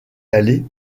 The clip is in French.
aller